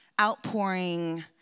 outpouring